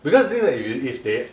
because if they